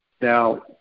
Now